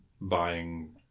buying